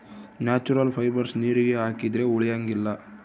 natural fibres ನೀರಿಗೆ ಹಾಕಿದ್ರೆ ಉಳಿಯಂಗಿಲ್ಲ